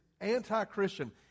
anti-Christian